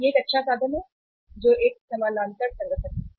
यह एक साधन है जो एक समानांतर संगठन है